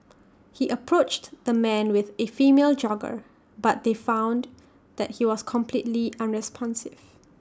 he approached the man with A female jogger but they found that he was completely unresponsive